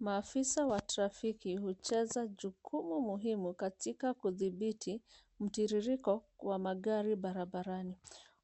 Maafisa wa trafiki, hucheza jukumu muhimu katika kudhibiti, mtiririko wa magari barabarani.